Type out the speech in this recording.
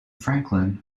franklin